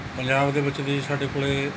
ਪੰਜਾਬ ਦੇ ਵਿੱਚ ਦੀ ਸਾਡੇ ਕੋਲ